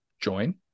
join